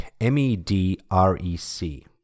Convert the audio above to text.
M-E-D-R-E-C